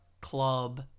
club